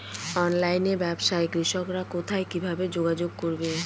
অনলাইনে ব্যবসায় কৃষকরা কোথায় কিভাবে যোগাযোগ করবে?